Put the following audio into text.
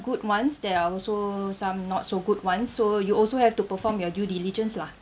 good ones there are also some not so good ones so you also have to perform your due diligence lah